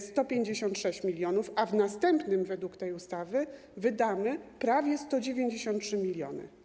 156 mln, a w następnym według tej ustawy wydamy prawie 193 mln.